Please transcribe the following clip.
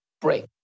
break